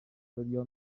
ویکتوریا